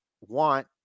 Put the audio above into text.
want